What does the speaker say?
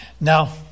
Now